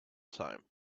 time